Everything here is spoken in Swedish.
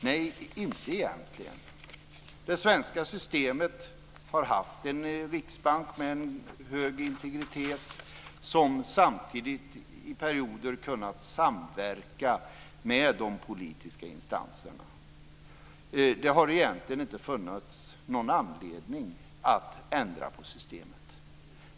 Nej, egentligen inte. Det svenska systemet har haft en riksbank med en stor integritet som samtidigt i perioder har kunnat samverka med de politiska instanserna. Det har egentligen inte funnits någon anledning att ändra på systemet.